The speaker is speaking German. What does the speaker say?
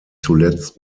zuletzt